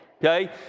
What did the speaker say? Okay